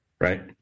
right